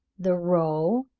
the roe,